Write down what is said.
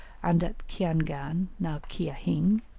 and at ciangan, now kia-hing,